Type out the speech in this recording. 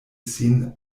sin